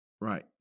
Right